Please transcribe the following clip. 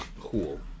Cool